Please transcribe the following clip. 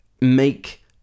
make